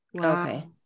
Okay